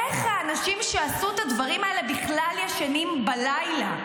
איך האנשים שעשו את הדברים האלה בכלל ישנים בלילה?